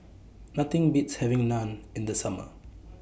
Nothing Beats having Naan in The Summer